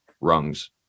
rungs